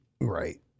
Right